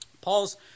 Paul's